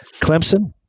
Clemson